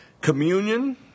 Communion